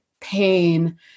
pain